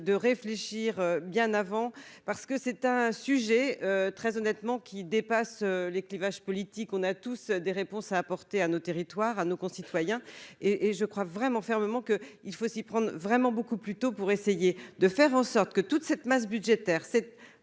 de réfléchir bien avant, parce que c'est un sujet très honnêtement qui dépasse les clivages politiques, on a tous des réponses à apporter à nos territoires à nos concitoyens et et je crois vraiment fermement que, il faut s'y prendre vraiment beaucoup plus tôt pour essayer de faire en sorte que toute cette masse budgétaire